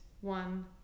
one